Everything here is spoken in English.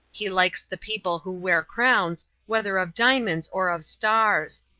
he likes the people who wear crowns, whether of diamonds or of stars.